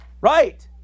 Right